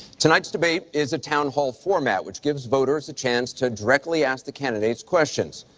tonight's debate is a town hall format which gives voters the chance to directly ask the candidates questions.